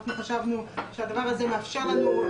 אנחנו חשבנו שהדבר הזה מאפשר לנו,